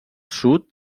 sud